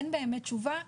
אין באמת תשובה.